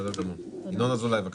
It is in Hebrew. יש הון שחור שאנחנו נלחמים בו.